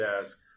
desk